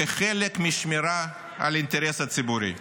כחלק משמירה על האינטרס הציבורי.